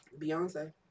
Beyonce